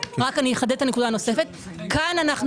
אחדד את הנקודה הנוספת ברשותכם - כאן אנו